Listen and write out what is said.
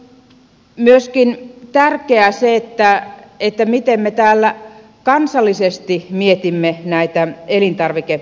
on myöskin tärkeää se miten me täällä kansallisesti mietimme näitä elintarvikekysymyksiä